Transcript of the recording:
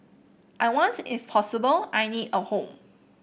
I want if possible I need a home